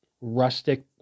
rustic